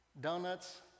donuts